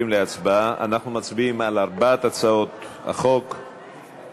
אנחנו מצביעים על ארבע הצעות החוק בנפרד.